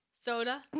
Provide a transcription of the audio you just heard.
Soda